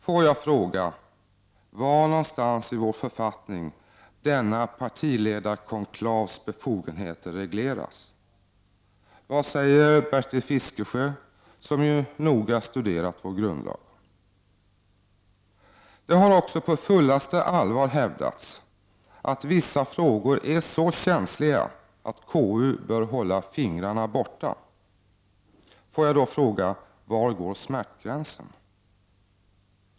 Får jag fråga var någonstans i vår författning denna partiledarkonklavs befogenheter regleras? Vad säger Bertil Fiskesjö, som ju noga studerat vår grundlag? Det har också på fullaste allvar hävdats att vissa frågor är så känsliga att KU bör hålla fingrarna borta. Får jag fråga: Var går smärtgränsen?